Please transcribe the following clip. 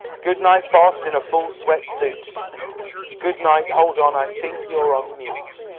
goodnight, boss in a full sweat suit goodnight, hold on, i think you're on mute'